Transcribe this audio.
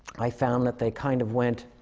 i found that they kind of went,